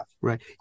Right